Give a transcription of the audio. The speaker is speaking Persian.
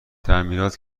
تعمیرات